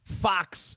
Fox